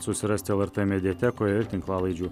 susirasite lrt mediatekoj ir tinklalaidžių